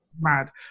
mad